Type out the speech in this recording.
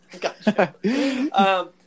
Gotcha